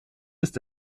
ist